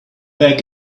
back